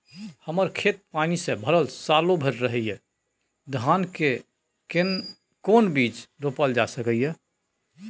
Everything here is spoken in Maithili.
हमर खेत पानी से भरल सालो भैर रहैया, धान के केना बीज रोपल जा सकै ये?